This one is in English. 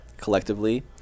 Collectively